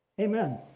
Amen